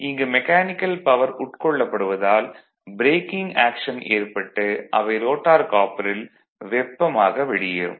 இங்கு mechanical power உட்கொள்ளப்படுவதால் braking action ஏற்பட்டு அவை ரோட்டார் காப்பரில் வெப்பமாக வெளியேறும்